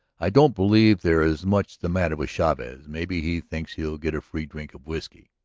i don't believe there is much the matter with chavez. maybe he thinks he'll get a free drink of whiskey.